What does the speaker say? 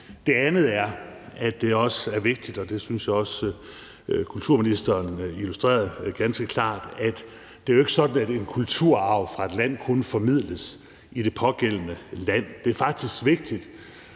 Det andet er, at det også er vigtigt – og det synes jeg også at kulturministeren illustrerede ganske klart – at det jo ikke er sådan, at en kulturarv fra et land kun formidles i det pågældende land. Det er faktisk vigtigt